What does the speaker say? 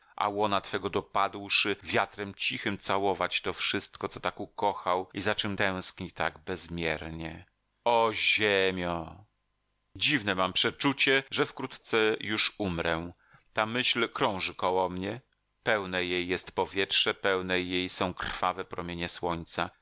a łona twego dopadłszy wiatrem cichym całować to wszystko co tak ukochał i za czym tęskni tak bezmiernie o ziemio dziwne mam przeczucie że wkrótce już umrę ta myśl krąży koło mnie pełne jej jest powietrze pełne jej są krwawe promienie słońca